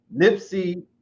Nipsey